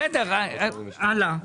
בסדר, הלאה.